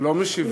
לא משיבים.